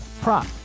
prop